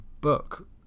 book